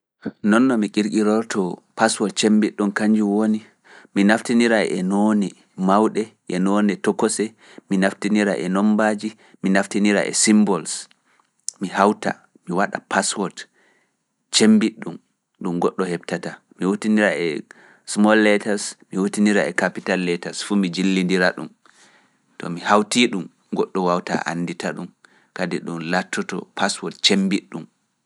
Dum noon no mi qirqirorto paswot cemmbiɗɗun kañjum woni mi naftinira e noone mawɗe e noone tokose mi naftinira e nombaaji mi naftinira e symbol. mi hawta mi waɗa paswot cemmbiɗɗun ɗum goɗɗo heptata mi wuttinira e small letas mi wuttinira e capital letas fumi jillindira ɗum to mi hawti ɗum goɗɗo wawta anndita ɗum kadi ɗum laatoto paswot cemmbiɗɗun